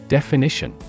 Definition